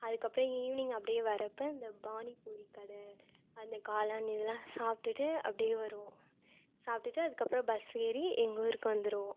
அதுக்கப்புறம் ஈவினிங் அப்படியே வரப்போ இந்த பானிபூரி கடை அந்த காளான் இதெல்லாம் சாப்பிட்டுட்டு அப்படியே வருவோம் சாப்பிட்டுட்டு அதுக்கப்புறம் பஸ் ஏறி எங்கள் ஊருக்கு வந்துருவோம்